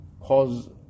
cause